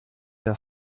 der